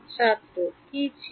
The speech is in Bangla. ছাত্র কি ছিল